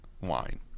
wine